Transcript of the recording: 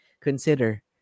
consider